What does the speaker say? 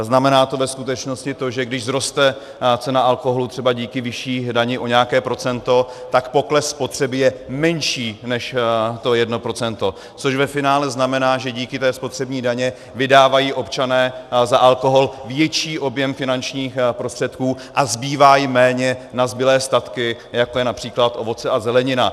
Znamená to ve skutečnosti to, že když vzroste cena alkoholu třeba díky vyšší dani o nějaké procento, tak pokles spotřeby je menší než to jedno procento, což ve finále znamená, že díky té spotřební dani vydávají občané za alkohol větší objem finančních prostředků a zbývá jim méně na zbylé statky, jako je například ovoce a zelenina.